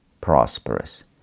prosperous